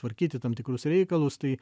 tvarkyti tam tikrus reikalus tai